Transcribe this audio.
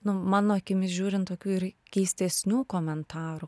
nu mano akimis žiūrint tokių ir keistesnių komentarų